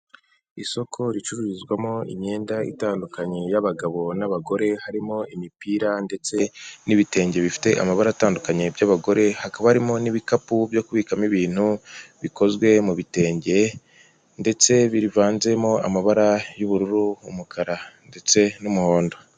Isoko ricururizwamo imyenda itandukanye y'abagabo n'abagore harimo imipira ndetse n'ibitenge bifite amabara atandukanye by'abagore, hakaba harimo n'ibikapu byo kubikamo ibintu bikozwe mu bitenge ndetse bivanzemo amabara y'ubururu, umukara ndetse n'umuhondo.